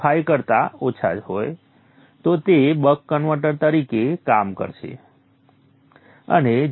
5 કરતા ઓછા હોય તો તે બક કન્વર્ટર તરીકે કામ કરશે અને 0